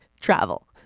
travel